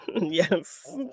Yes